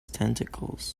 tentacles